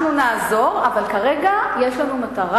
אנחנו נעזור, אבל כרגע יש לנו מטרה,